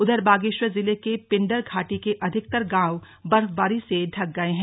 उधर बागेश्वर जिले के पिंडर घाटी के अधिकतर गांव बर्फबारी से ढक गए हैं